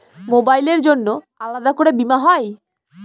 মোবাইলের জন্য আলাদা করে বীমা হয়?